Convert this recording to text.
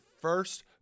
first